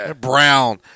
Brown